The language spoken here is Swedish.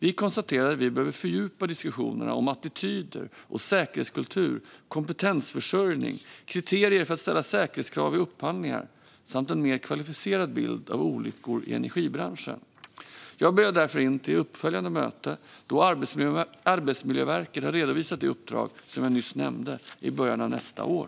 Vi konstaterade att vi behöver fördjupa diskussionerna om attityder och säkerhetskultur, kompetensförsörjning, kriterier för att ställa säkerhetskrav vid upphandlingar samt en mer kvalificerad bild av olyckor i energibranschen. Jag bjöd därför in till ett uppföljande möte då Arbetsmiljöverket har redovisat det uppdrag som jag nyss nämnde i början av nästa år.